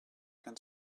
can